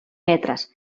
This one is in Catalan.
metres